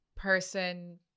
person